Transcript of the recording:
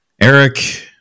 Eric